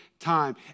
time